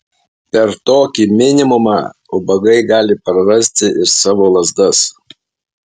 per tokį minimumą ubagai gali prarasti ir savo lazdas